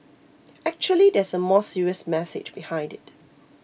actually there's a more serious message behind it